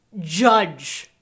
judge